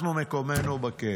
אנחנו, מקומנו בכלא.